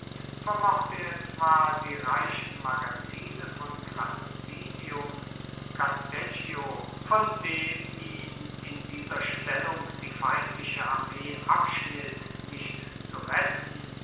vermochte er zwar die reichen magazine von clastidium casteggio von dem ihn in dieser stellung die feindliche armee abschnitt nicht zu retten